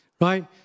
right